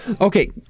okay